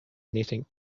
anything